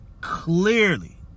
Clearly